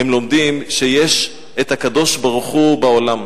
הם לומדים שיש הקדוש-ברוך-הוא בעולם.